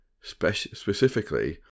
Specifically